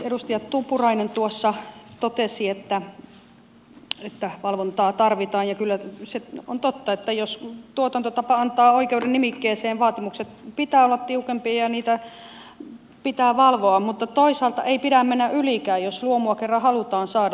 edustaja tuppurainen tuossa totesi että valvontaa tarvitaan ja kyllä se on totta että jos tuotantotapa antaa oikeuden nimikkeeseen vaatimusten pitää olla tiukempia ja niitä pitää valvoa mutta toisaalta ei pidä mennä ylikään jos luomua kerran halutaan saada lisää